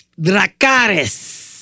Dracaris